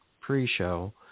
pre-show